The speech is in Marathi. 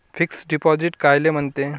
फिक्स डिपॉझिट कायले म्हनते?